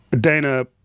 Dana